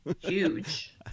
Huge